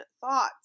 thoughts